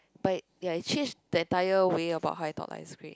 but ya it changed the entire way about how I thought life's great